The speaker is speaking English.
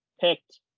picked